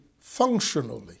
functionally